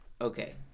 Okay